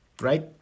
right